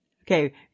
Okay